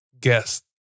guest